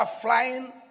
flying